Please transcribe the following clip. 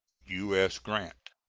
u s. grant.